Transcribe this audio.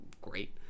great